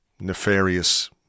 nefarious